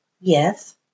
Yes